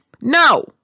no